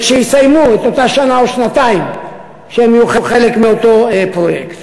וכשיסיימו את אותה שנה או שנתיים הם יהיו חלק מאותו פרויקט.